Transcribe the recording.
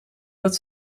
wat